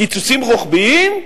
קיצוצים רוחביים,